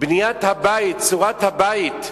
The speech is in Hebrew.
בניית הבית, צורת הבית,